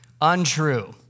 untrue